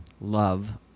love